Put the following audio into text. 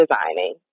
designing